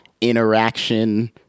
interaction